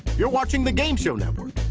you're watching the game show network.